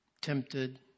tempted